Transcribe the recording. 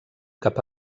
cap